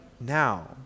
now